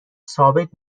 ثابت